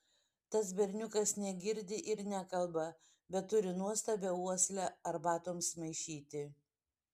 tas berniukas negirdi ir nekalba bet turi nuostabią uoslę arbatoms maišyti